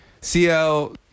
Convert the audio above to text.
cl